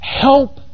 help